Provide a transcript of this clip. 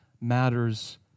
matters